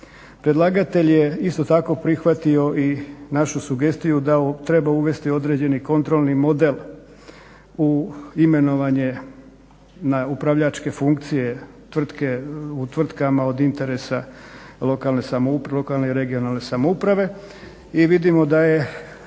Predlagatelj je isto tako prihvatio i našu sugestiju da treba uvesti određeni kontrolni model u imenovanje na upravljačke funkcije u tvrtkama od interesa lokalne i regionalne samouprave. I vidimo da je